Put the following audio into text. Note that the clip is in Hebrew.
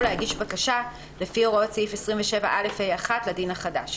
להגיש בקשה לפי הוראות סעיף 27א(ה)(1) לדין החדש.